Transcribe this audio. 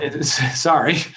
Sorry